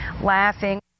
laughing